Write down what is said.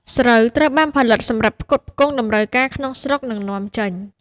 ស្រូវត្រូវបានផលិតសម្រាប់ផ្គត់ផ្គង់តម្រូវការក្នុងស្រុក និងនាំចេញ។